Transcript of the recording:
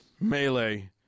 melee